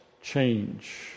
change